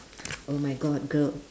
oh my god girl